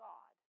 God